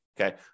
Okay